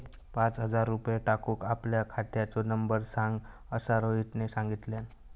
पाच हजार रुपये टाकूक आपल्या खात्याचो नंबर सांग असा रोहितने सांगितल्यान